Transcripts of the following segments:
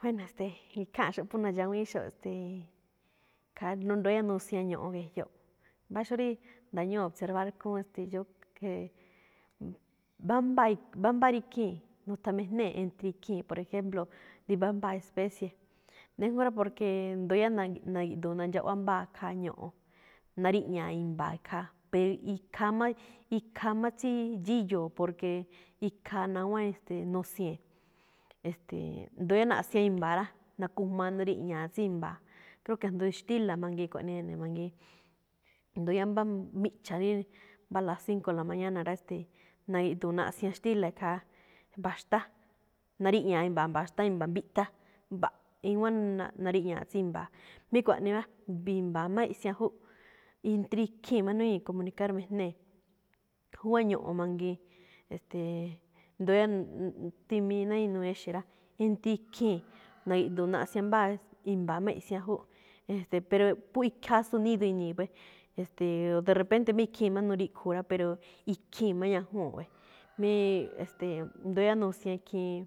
Buéno̱ e̱ste̱e̱, ikháanꞌxo̱ꞌ phú na̱dxawíínxo̱ꞌ, ste̱e̱, khaa ndóo yáá nusianꞌ ño̱ꞌo̱n ge̱jyo̱ꞌ, mbá xó rí nda̱ñúu̱ obserbáár khúúnꞌ, ste̱e̱ yo que, mbámbáa, mbámbá rí ikhii̱n nuthan- mijnée̱ entre ikhii̱n. Por ejemplo tsí mbámbáa especie, déjngó rá, porque ndóo yáá na̱gi̱ꞌdu̱u̱n nandxaꞌwá mbáa khaa ño̱ꞌo̱n, nariꞌñaꞌa̱a i̱mba̱a̱ khaa, pee ikhaa máꞌ, ikhaa máꞌ tsí dxíyo̱o̱ porque ikhaa nawán, ste̱e̱, nosiee̱n. Este̱e̱, ndóo yáá naꞌsian i̱mba̱a̱ rá, nakujma nariꞌña̱a tsí i̱mba̱a̱. Creo que asndo xtíta̱ mangiin kuaꞌnii ene̱ mangiin. Ndóo yáá mbá miꞌcha̱ rí mbá las 5 la mañana, na̱gi̱ndu̱u̱n naꞌsian xtíla̱ ikhaa mba̱xtá, nariꞌña̱a imba̱a̱ mba̱xtá i̱mba̱ mbíꞌthá, mba̱ꞌ iwán naríꞌña̱a tsí i̱mba̱a̱. Rí kuaꞌnii rá, i̱mba̱a̱ꞌ máꞌ iꞌsian júꞌ, intri ikhii̱n máꞌ nuñíi̱ komunikáár- mijnée̱. Júwá ño̱ꞌo̱n mangiin, e̱ste̱e̱, ndóo yáá ntimii ná inuu ixe̱ rá, intri ikhii̱n na̱gi̱ꞌdu̱u̱n naꞌsian mbáa, i̱mba̱a̱ máꞌ iꞌsian júꞌ, e̱ste̱e̱ pero phú ikhaa sunido ini̱i̱ pes, e̱ste̱e̱ de repente máꞌ ikhii̱n máꞌ nu̱riꞌkhuu̱ rá, pero ikhii̱n máꞌ ñajúu̱n. Mí e̱ste̱e̱ ndóo yáá nisian ikhiin,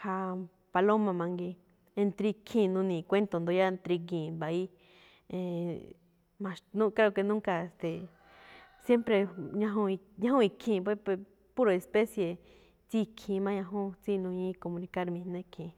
khaa mm paloma mangiin, entre ikhii̱n nuni̱i̱ kuénto̱ ndóo yáá nitrigii̱n mbayíí. E̱e̱e̱, ma̱xnúu̱ creo, creo que nunca, ste̱e̱ siempre ñajúu̱n, ñajúu̱n ikhii̱n pe, pero puro especie tsí ikhiin máꞌ ñajúún tsí nuñíi komunikáár- mijná ikhiin.